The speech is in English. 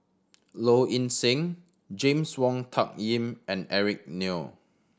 Low Ing Sing James Wong Tuck Yim and Eric Neo